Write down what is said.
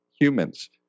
humans